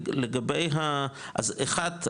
אז אחד,